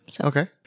Okay